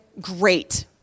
great